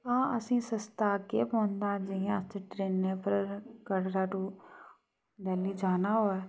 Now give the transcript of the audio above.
हां असें सस्ता केह् पौंदा जियां असें ट्रेनें उप्पर कटरा तु दिल्ली जाना होऐ